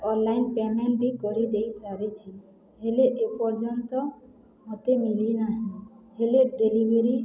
online payment ବି କରିଦେଇ ସାରିଛି ହେଲେ ଏପର୍ଯ୍ୟନ୍ତ ମୋତେ ମିିଳିନାହିଁ ହେଲେ ଡେଲିଭରି